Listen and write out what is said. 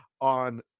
on